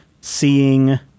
seeing